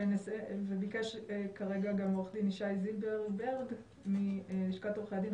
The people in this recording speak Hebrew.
וביקש לדבר עורך הדין ישי זילברברג מלשכת עורכי הדין,